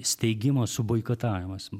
steigimo suboikotavimas